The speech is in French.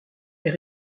est